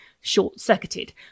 short-circuited